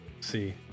see